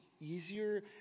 easier